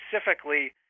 specifically